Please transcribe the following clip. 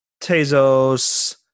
Tezos